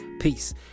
peace